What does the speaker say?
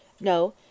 No